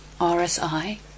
RSI